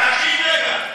תקשיב רגע.